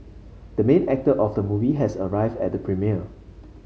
the main actor of the movie has arrived at the premiere